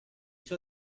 suo